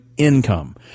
income